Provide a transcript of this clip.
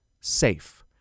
SAFE